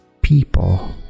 people